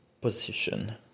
position